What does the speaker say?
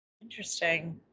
Interesting